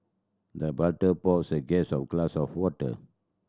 the butler poured the guest a glass of water